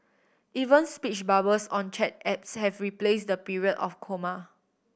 even speech bubbles on chat apps have replaced the period or comma